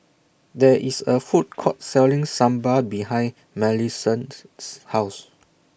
There IS A Food Court Selling Sambal behind Millicent's House